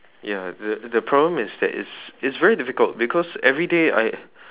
ya the the problem is that it's it's very difficult because everyday I